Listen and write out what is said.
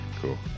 Cool